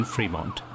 Fremont